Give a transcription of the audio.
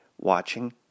watching